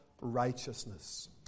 righteousness